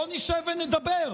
בואו נשב ונדבר.